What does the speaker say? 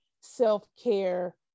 self-care